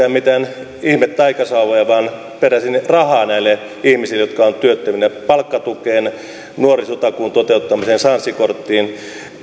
en perännytkään mitään ihmetaikasauvoja vaan peräsin rahaa näille ihmisille jotka ovat työttöminä palkkatukeen nuorisotakuun toteuttamiseen sanssi korttiin